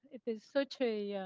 if it's such a yeah